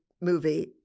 movie